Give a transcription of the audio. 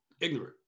ignorant